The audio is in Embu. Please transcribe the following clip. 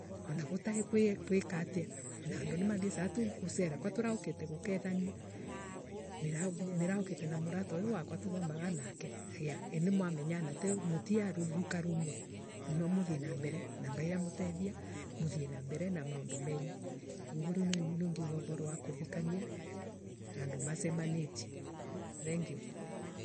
Ana gutai gwi gwika atia ana andu nimathiesaga gusela gwa turaukite gukethania nira. Niraukite na murata uyu wakwa tuthomaga nake yaa Nimwamenyana muthie na mbere na maundu menu. Ugun niguo ningeuga uvaro wa kuvikania andu masemanitie. Thengiu.